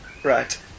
Right